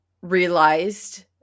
realized